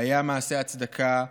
והיה מעשה הצדקה שלום,